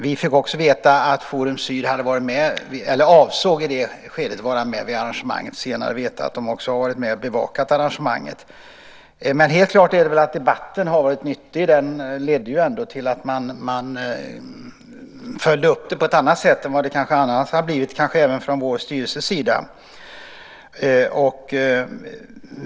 Vi fick också veta att Forum Syd i det skedet avsåg att vara med vid arrangemanget. Vi fick senare veta att man också har varit med och bevakat arrangemanget. Men helt klart är att debatten har varit nyttig. Den ledde ändå till att man följde upp detta på ett annat sätt än vad som kanske annars hade skett, kanske även från vår styrelses sida.